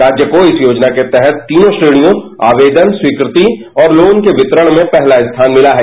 राज्य को इस योजना के तहत तीनों श्रेणियों आवेदन स्वीकृति और लोन के वितरण में पहला स्थान मिला है